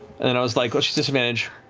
then i was like, oh, she's disadvantage.